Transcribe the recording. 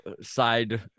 side